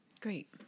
Great